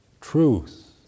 truth